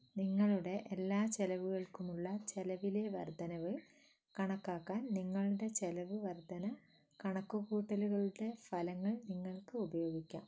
നിങ്ങളുടെ എല്ലാ ചിലവുകൾക്കുമുള്ള ചിലവിലെ വർദ്ധനവ് കണക്കാക്കാൻ നിങ്ങളുടെ ചിലവ് വർദ്ധന കണക്കുകൂട്ടലുകളുടെ ഫലങ്ങൾ നിങ്ങൾക്ക് ഉപയോഗിക്കാം